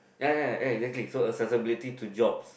ya ya ya exactly so accessibility to jobs